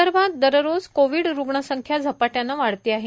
विदर्भात दररोज कोविड रुग्ण संख्या झपाट्यानं वाढते आहे